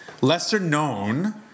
lesser-known